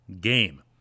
game